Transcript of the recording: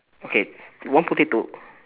okay one potato